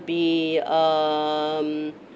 be um